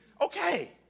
okay